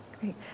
Great